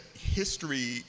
history